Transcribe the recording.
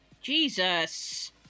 Jesus